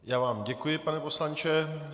Já vám děkuji, pane poslanče.